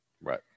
Right